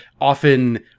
often